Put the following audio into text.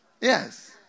Yes